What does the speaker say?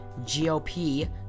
GOP